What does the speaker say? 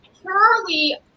purely